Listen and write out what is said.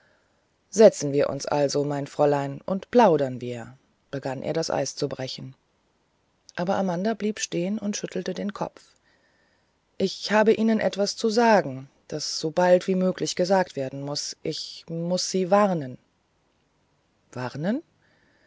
setzen wir uns also mein gnädiges fräulein und plaudern wir begann er das eis zu brechen aber amanda blieb stehen und schüttelte den kopf ich habe ihnen etwas zu sagen das sobald wie möglich gesagt werden mußte ich muß sie warnen warnen